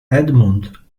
edmund